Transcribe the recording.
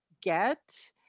get